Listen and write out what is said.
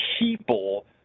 people